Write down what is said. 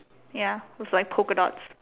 ya with like polka dots